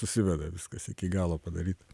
susiveda viskas iki galo padaryta